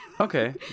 Okay